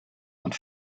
und